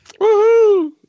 Woohoo